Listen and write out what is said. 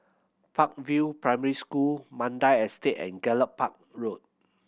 Park View Primary School Mandai Estate and Gallop Park Road